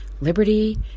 liberty